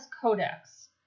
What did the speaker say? Codex